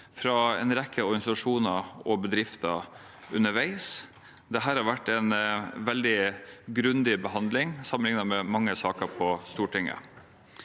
fra en rekke organisasjoner og bedrifter underveis. Dette har vært en veldig grundig behandling sammenlignet med mange saker på Stortinget.